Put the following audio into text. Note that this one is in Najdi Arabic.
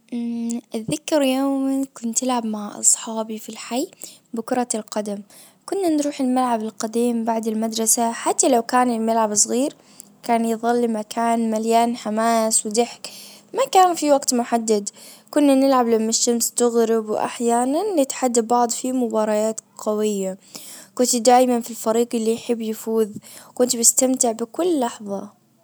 اتذكر يومي كنت العب مع اصحابي في الحي بكرة القدم. كنا نروح الملعب القديم بعد المدرسة حتى لو كان الملعب صغير كان يظل مكان مليان حماس وضحك ما كان في وقت محدد كنا نلعب لما الشمس تغرب واحيانا نتحدى بعض في مباريات قوية كنت دايما في الفريق اللي يحب يفوز كنت مستمتع بكل لحظة.